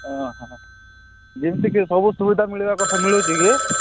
ହଁ ହଁ ଯେମତିକି ସବୁ ସୁବିଧା ମିଳିବା କଥା ମିଳୁଛି କି